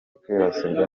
kwibasirwa